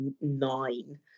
nine